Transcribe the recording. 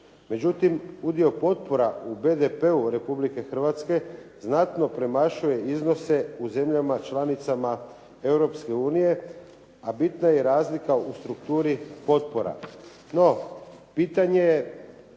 međutim udio potpora u BDP-u Republike Hrvatske znatno premašuje iznose u zemljama članicama Europske unije, a bitna je i razlika u strukturi potpora.